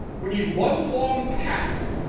we need one long path.